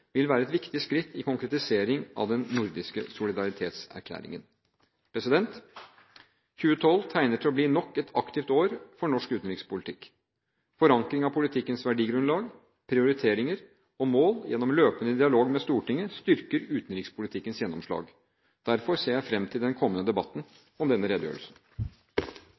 vil være et viktig skritt i konkretisering av den nordiske solidaritetserklæringen. 2012 tegner til å bli nok et aktivt år for norsk utenrikspolitikk. Forankring av politikkens verdigrunnlag, prioriteringer og mål gjennom løpende dialog med Stortinget styrker utenrikspolitikkens gjennomslag. Derfor ser jeg fram til den kommende debatten om denne redegjørelsen.